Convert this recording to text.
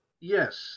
Yes